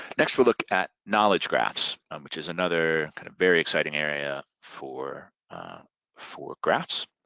next we'll look at knowledge graphs which is another kind of very exciting area for for graphs.